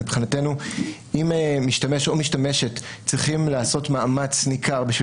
מבחינתנו אם משתמש או משתמשת צריכים לעשות מאמץ ניכר בשביל